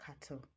Cattle